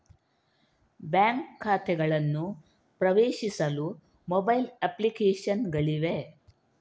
bank ಖಾತೆಗಳನ್ನು ಪ್ರವೇಶಿಸಲು mobile application ಗಳಿವೆ